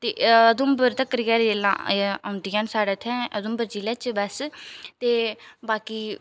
ते उधमपुर तक्कर गै रेलां औंदियां न साढ़े इ'त्थें उधमपुर जिले च बस ते बाकी